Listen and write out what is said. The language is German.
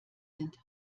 sind